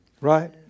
Right